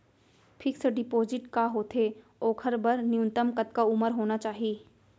Fix deposit का होथे ओखर बर न्यूनतम कतका उमर होना चाहि?